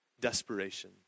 desperation